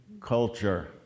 culture